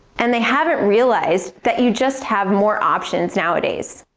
and they haven't realised that you just have more options nowadays.